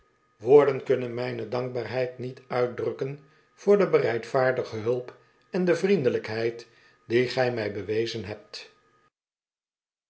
woorden kunnen mijne dankbaarheid niet uitdrukken voor de bereid vaardige hulp en de vriendelijkheid die gij mij bewezen liebt